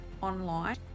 online